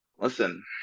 Listen